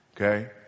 Okay